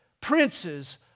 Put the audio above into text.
princes